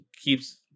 keeps